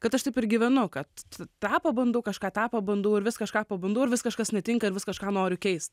kad aš taip ir gyvenu kad tą pabandau kažką tą pabandau ir vis kažką pabandau ir vis kažkas netinka ir vis kažką noriu keist